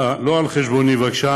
אנא, לא על חשבוני בבקשה.